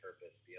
purpose